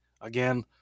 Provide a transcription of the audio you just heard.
Again